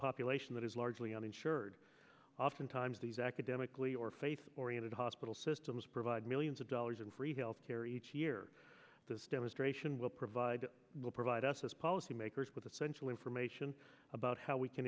population that is largely uninsured oftentimes these academically or faith oriented hospital systems provide millions of dollars in free health care each year this demonstration will provide will provide us as policymakers with essential information about how we can